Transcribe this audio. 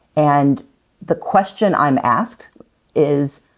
and the question i'm asked is,